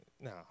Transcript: No